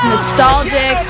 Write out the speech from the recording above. nostalgic